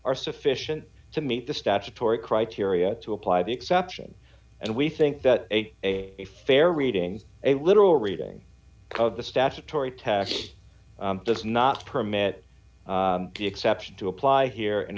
are sufficient to meet the statutory criteria to apply the exception and we think that ate a fair reading a literal reading of the statutory tax does not permit the exception to apply here and